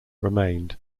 remained